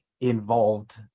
involved